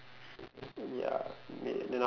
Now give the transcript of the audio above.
ya may then